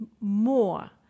more